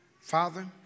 father